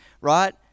right